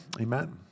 Amen